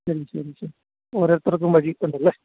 ശരി ശരി ശരി ഓരോരുത്തർക്കും വഴി ഒക്കെ ഉണ്ടല്ലേ